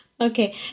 Okay